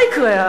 מה יקרה אז?